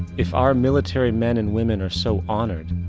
if our military men and women are so honored,